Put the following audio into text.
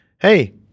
Hey